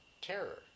terror